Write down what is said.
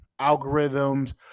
algorithms